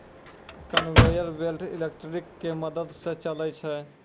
conveyor belt electric के मदद स चलै छै